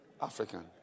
African